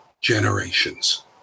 generations